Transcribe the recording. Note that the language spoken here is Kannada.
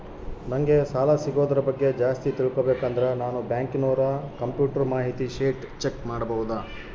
ನಂಗೆ ಸಾಲ ಸಿಗೋದರ ಬಗ್ಗೆ ಜಾಸ್ತಿ ತಿಳಕೋಬೇಕಂದ್ರ ನಾನು ಬ್ಯಾಂಕಿನೋರ ಕಂಪ್ಯೂಟರ್ ಮಾಹಿತಿ ಶೇಟ್ ಚೆಕ್ ಮಾಡಬಹುದಾ?